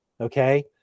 Okay